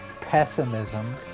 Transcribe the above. pessimism